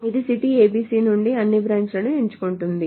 ఇది city ABC నుండి అన్ని బ్రాంచ్ లను ఎంచుకుంటుంది